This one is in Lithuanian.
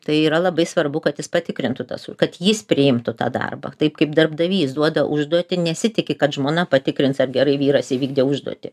tai yra labai svarbu kad jis patikrintų tas už kad jis priimtų tą darbą taip kaip darbdavys duoda užduotį nesitiki kad žmona patikrins ar gerai vyras įvykdė užduotį